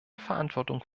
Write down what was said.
verantwortung